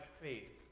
faith